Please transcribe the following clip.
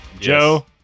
Joe